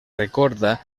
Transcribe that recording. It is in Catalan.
recorda